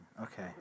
Okay